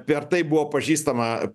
per tai buvo pažįstama